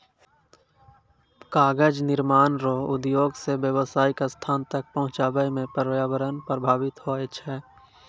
कागज निर्माण रो उद्योग से व्यावसायीक स्थान तक पहुचाबै मे प्रर्यावरण प्रभाबित होय छै